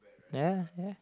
ya